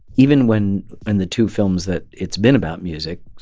even when in the two films that it's been about music,